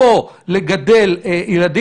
זאת אומרת שהאיום צפוי לגדול.